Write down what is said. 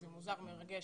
הצלחה.